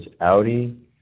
Audi